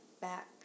back